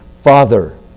Father